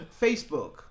Facebook